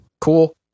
cool